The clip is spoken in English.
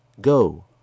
Go